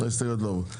ההסתייגויות לא עברו.